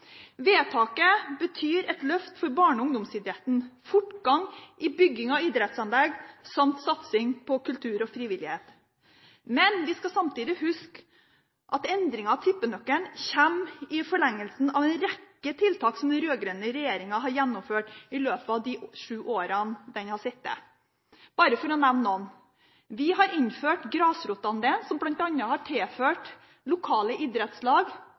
Vedtaket betyr et løft for barne- og ungdomsidretten, fortgang i bygging av idrettsanlegg samt satsing på kultur og frivillighet. Vi skal samtidig huske at endringen av tippenøkkelen kommer i forlengelsen av en rekke tiltak den rød-grønne regjeringen har gjennomført i løpet av de sju årene den har sittet. Bare for å nevne noen: Vi har innført grasrotandelen, som bl.a. har tilført lokale idrettslag